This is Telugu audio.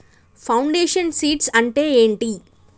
ఫౌండేషన్ సీడ్స్ అంటే ఏంటి?